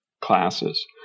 classes